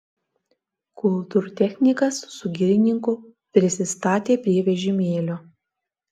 kultūrtechnikas su girininku prisistatė prie vežimėlio